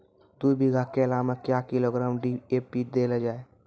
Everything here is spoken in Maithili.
दू बीघा केला मैं क्या किलोग्राम डी.ए.पी देले जाय?